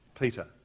Peter